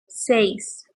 seis